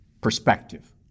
perspective